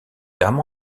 dames